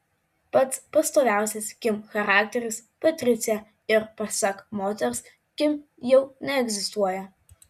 pats pastoviausias kim charakteris patricija ir pasak moters kim jau neegzistuoja